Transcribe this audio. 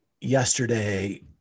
yesterday